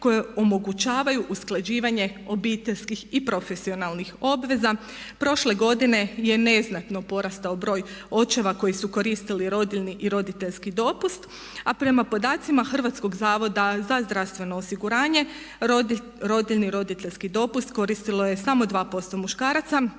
koje omogućavaju usklađivanje obiteljskih i profesionalnih obveza. Prošle godine je neznatno porastao broj očeva koji su koristili rodiljni i roditeljski dopust a prema podacima Hrvatskog zavoda za zdravstveno osiguranje rodiljni i roditeljski dopust koristilo je samo 2% muškaraca